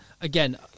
again